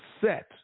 set